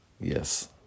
Yes